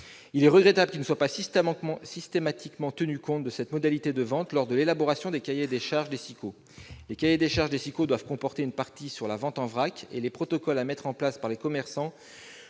Il est regrettable qu'il ne soit pas systématiquement tenu compte de cette modalité de vente lors de l'élaboration des cahiers des charges des SIQO, qui doivent comporter une partie sur la vente en vrac et les protocoles à mettre en place par les commerçants